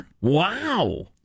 Wow